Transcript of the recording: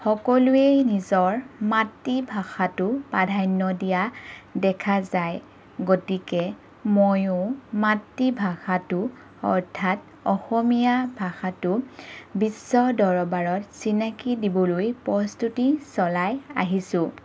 সকলোৱেই নিজৰ মাতৃভাষাটো প্ৰাধান্য দিয়া দেখা যায় গতিকে মইও মাতৃভাষাটো অৰ্থাৎ অসমীয়া ভাষাটো বিশ্ব দৰবাৰত চিনাকি দিবলৈ প্ৰস্তুতি চলাই আহিছোঁ